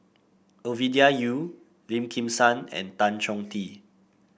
Ovidia Yu Lim Kim San and Tan Chong Tee